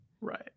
Right